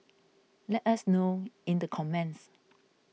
let us know in the comments